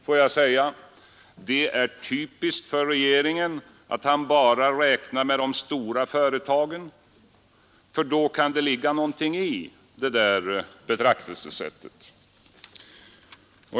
Får jag säga att det är typiskt för regeringen att bara räkna med de stora företagen; när det gäller dem kan det nämligen ligga någonting i det där betraktelsesättet.